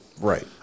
Right